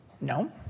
No